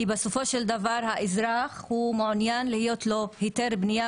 כי בסופו של דבר האזרח מעוניין שיהיה לו היתר בנייה